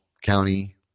County